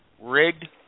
rigged